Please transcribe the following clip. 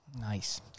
Nice